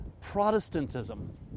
Protestantism